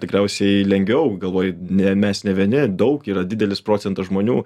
tikriausiai lengviau galvoji ne mes ne vieni daug yra didelis procentas žmonių